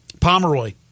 Pomeroy